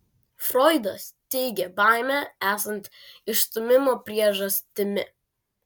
froidas teigia baimę esant išstūmimo priežastimi